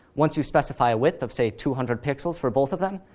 once you specify a width of say, two hundred pixels for both of them,